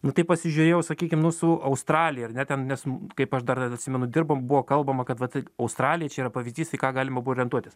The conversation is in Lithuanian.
nu tai pasižiūrėjau sakykim nu su australija ar ne ten nes kaip aš dar atsimenu dirbom buvo kalbama kad vat australija čia yra pavyzdys į ką galima buvo orientuotis